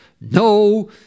No